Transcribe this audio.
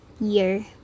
year